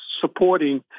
supporting